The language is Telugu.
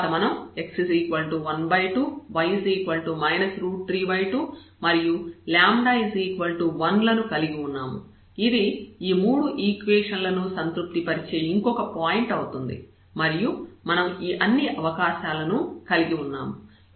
తర్వాత మనం x12 y 32 మరియు 1 లను కలిగి ఉన్నాము ఇది ఈ మూడు ఈక్వేషన్ లను సంతృప్తి పరిచే ఇంకొక పాయింట్ అవుతుంది మరియు మనం ఈ అన్ని అవకాశాలను కలిగి ఉన్నాము